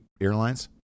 airlines